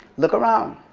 look around.